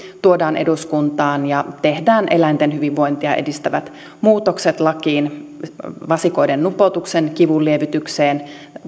tuodaan eduskuntaan ja tehdään eläinten hyvinvointia edistävät muutokset lakiin esimerkiksi vasikoiden nupoutuksen kivunlievitykseen